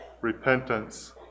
Repentance